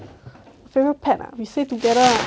favourite pet ah we say together lah